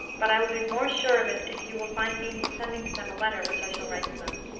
but i will be more sure of it if you will find means of sending to them a letter which i shall write to them.